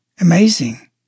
Amazing